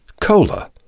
Cola